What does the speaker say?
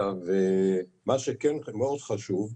מה שמאוד חשוב,